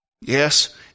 Yes